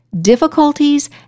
difficulties